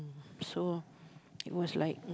so it was like